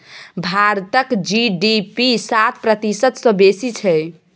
भारतक जी.डी.पी सात प्रतिशत सँ बेसी छै